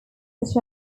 such